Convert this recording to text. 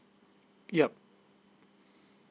yup